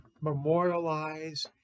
memorialize